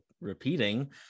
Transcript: repeating